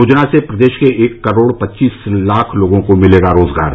योजना से प्रदेश के एक करोड़ पच्चीस लाख लोगों को मिलेगा रोजगार